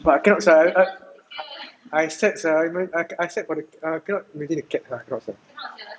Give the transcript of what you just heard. but I cannot sia I I sad sia I sad for the cat I cannot imagine cat I cannot sia